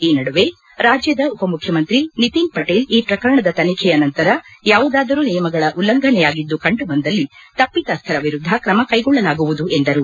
ಈ ನಡುವೆ ರಾಜ್ಜದ ಉಪಮುಖ್ಚಮಂತ್ರಿ ನಿತಿನ್ ಪಟೇಲ್ ಈ ಪ್ರಕರಣದ ತನಿಖೆಯ ನಂತರ ಯಾವುದಾದರೂ ನಿಯಮಗಳ ಉಲ್ಲಂಘನೆಯಾಗಿದ್ದು ಕಂಡುಬಂದಲ್ಲಿ ತಪ್ಪಿತಸ್ವರ ವಿರುದ್ದ ಕ್ರಮ ಕೈಗೊಳ್ಳಲಾಗುವುದು ಎಂದರು